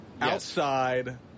outside